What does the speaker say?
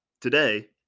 today